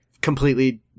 completely